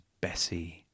Bessie